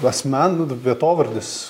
asmen vietovardis